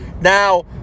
now